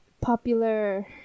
popular